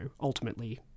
ultimately